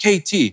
KT